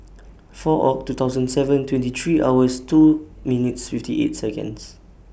four Oct two thousand and seven twenty three hours two minutes fifty eight Seconds